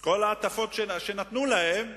כל ההטבות האלה שנתנו להם,